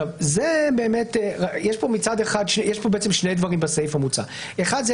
יש פה שני דברים בסעיף המוצע: האחד,